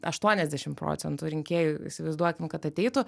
aštuoniasdešimt procentų rinkėjų įsivaizduokim kad ateitų